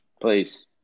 Please